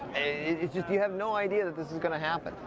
it's, just, you have no idea that this is gonna happen.